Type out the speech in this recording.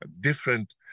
different